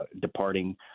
departing